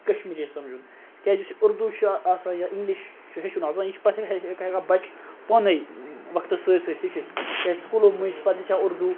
کَشمیٖریی سَمجُن کیٛاز یُس یہِ اُردو چھُ آسان یا اِنٛگلِش چھُ ہیٚچھُن آسان یہِ چھُ پَتہٕ ہیٚکان بَچہِ پانے وَقتَس سۭتۍ سۭتۍ ہیٚچھِتھ کیٛازِ سکوٗلو مٔنٛزۍ چھِ پَتہٕ ہیٚچھان اُردو